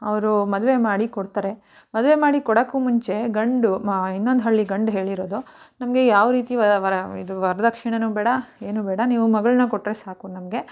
ಅವರು ಮದುವೆ ಮಾಡಿ ಕೊಡ್ತಾರೆ ಮದುವೆ ಮಾಡಿ ಕೊಡೋಕ್ಕೂ ಮುಂಚೆ ಗಂಡು ಮ ಇನ್ನೊಂದು ಹಳ್ಳಿ ಗಂಡು ಹೇಳಿರೋದು ನಮಗೆ ಯಾವ ರೀತಿ ವರ ಇದು ವರದಕ್ಷಿಣೆಯೂ ಬೇಡ ಏನೂ ಬೇಡ ನೀವು ಮಗಳನ್ನು ಕೊಟ್ಟರೆ ಸಾಕು ನಮಗೆ